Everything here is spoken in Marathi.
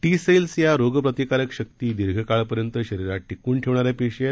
टी सेल्स या रोगप्रतिकारक शक्ती दिर्घ काळपर्यंत शरीरात टिकवून ठेवणाऱ्या पेशी आहेत